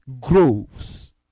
grows